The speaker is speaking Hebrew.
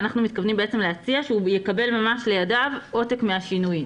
ואנחנו מתכוונים להציע שהוא יקבל ממש לידיו עותק מהשינוי.